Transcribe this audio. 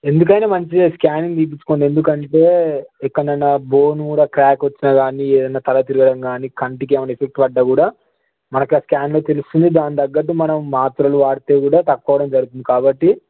ఎందుకైనా మంచిదే స్క్యానింగ్ తీపిచ్చుకోండి ఎందుకంటే ఎక్కడన్నా బోను కూడా క్రాక్ వచ్చినా గానీ ఏదన్నా తల తిరగడం గానీ కంటికి ఏమన్నా ఎఫెక్ట్ పడ్డా కూడా మనకి ఆ స్క్యాన్లో తెలుస్తుంది దానితగ్గట్టు మనం మాత్రలు వాడితే కూడా తక్కువ అవడం జరుగుతుంది కాబట్టి